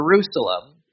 Jerusalem